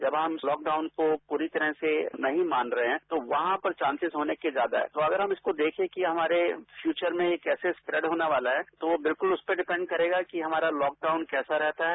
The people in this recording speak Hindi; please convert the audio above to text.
जब हम लॉकडाउन को ं पूरी तरह से नहीं मान रहे हैं तो वहां पर चार्सेज होने के ज्यादा हैं अगर हम देखें की हमारे फ्यूचर में ये कैसे स्प्रेंड होने वाला है तो उस पर डिपेंड करेगा कि हमारा लॉकडाउन कैसा रहता है